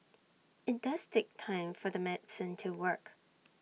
IT does take time for the medicine to work